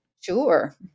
Sure